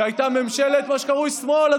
כשהייתה ממשלת מה שקרוי שמאל,